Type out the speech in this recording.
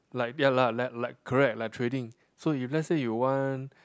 like ya lah like like correct like trading so you let's say you want